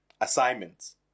assignments